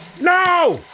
No